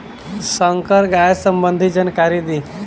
संकर गाय सबंधी जानकारी दी?